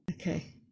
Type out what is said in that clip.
Okay